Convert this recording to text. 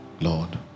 Lord